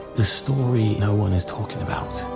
the story no one is talking about.